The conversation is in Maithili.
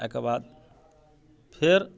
एहिके बाद फेर